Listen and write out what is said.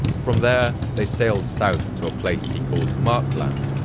from there they sailed south to a place he called markland,